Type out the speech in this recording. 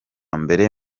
mbere